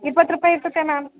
ಇಪ್ಪತ್ತು ರೂಪಾಯಿ ಇರ್ತದೆ ಮ್ಯಾಮ್